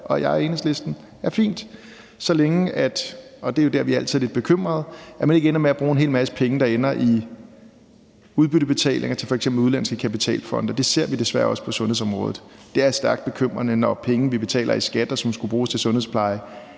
jeg og Enhedslisten er fint, så længe – og det er der, hvor vi altid er lidt bekymrede – man ikke ender med at bruge en hel masse penge, der ender i udbyttebetalinger til f.eks. udenlandske kapitalfonde. Det ser vi desværre også på sundhedsområdet. Det er stærkt bekymrende, når penge, vi betaler i skat, og som skulle bruges til sundhedspleje,